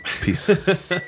Peace